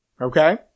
Okay